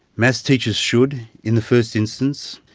maths teachers should, in the first instance,